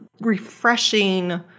refreshing